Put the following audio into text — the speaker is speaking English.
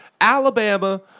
Alabama